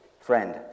Friend